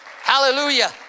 Hallelujah